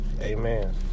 Amen